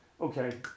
okay